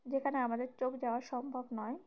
যেখানে আমাদের চোখ যাওয়া সম্ভব নয়